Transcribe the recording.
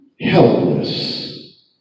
Helpless